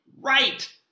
right